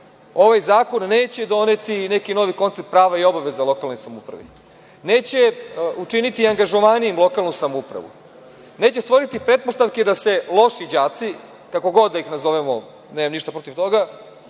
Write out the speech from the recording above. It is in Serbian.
Ovaj zakon neće doneti neki novi koncept prava i obaveza lokalnoj samoupravi, neće učiniti angažovanijom lokalnu samoupravu, neće stvoriti pretpostavke da se loši đaci, kako god da ih nazovemo, nemam ništa protiv toga,